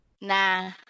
Nah